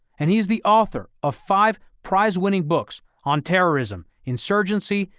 and he's the author of five prize winning books on terrorism, insurgency,